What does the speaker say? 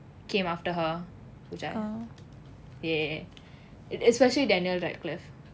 came after her which I yeah it especially daniel radcliffe